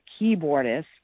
keyboardist